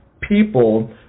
people